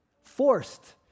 forced